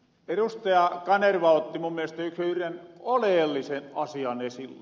kanerva otti mun mielestä yhren oleellisen asian esille